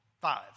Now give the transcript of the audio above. five